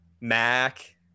Mac